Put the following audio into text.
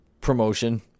promotion